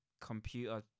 computer